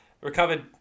recovered